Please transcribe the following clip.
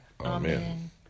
Amen